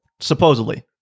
Supposedly